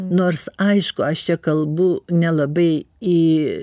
nors aišku aš čia kalbu nelabai į